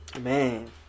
man